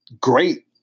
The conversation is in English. great